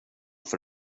för